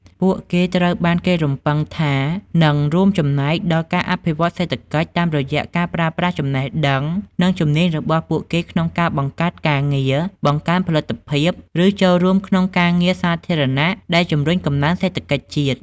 ពួកគេត្រូវបានគេរំពឹងថានឹងរួមចំណែកដល់ការអភិវឌ្ឍសេដ្ឋកិច្ច តាមរយៈការប្រើប្រាស់ចំណេះដឹង និងជំនាញរបស់ពួកគេក្នុងការបង្កើតការងារ បង្កើនផលិតភាព ឬចូលរួមក្នុងការងារសាធារណៈដែលជំរុញកំណើនសេដ្ឋកិច្ចជាតិ។